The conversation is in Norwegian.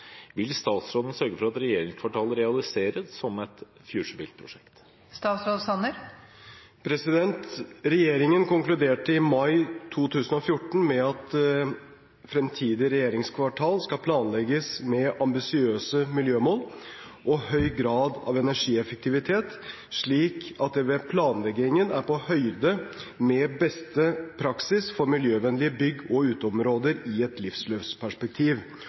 Vil statsråden sørge for at regjeringskvartalet realiseres som et FutureBuilt-prosjekt?» Regjeringen konkluderte i mai 2014 med at fremtidig regjeringskvartal skal planlegges med ambisiøse miljømål og høy grad av energieffektivitet, slik at det ved planleggingen er på høyde med beste praksis for miljøvennlige bygg og uteområder i et